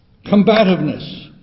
Combativeness